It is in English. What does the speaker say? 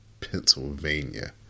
Pennsylvania